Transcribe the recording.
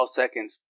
seconds